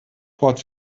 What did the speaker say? port